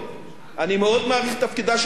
אני מאוד מעריך את תפקידה של האופוזיציה.